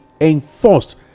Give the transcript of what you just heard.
enforced